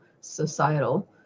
societal